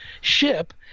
ship